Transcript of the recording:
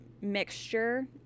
Mixture